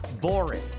boring